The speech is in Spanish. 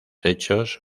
hechos